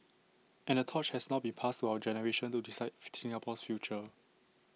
and the torch has now been passed to our generation to decide Singapore's future